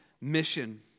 mission